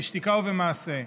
בשתיקה ובמעשה.